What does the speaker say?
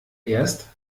erst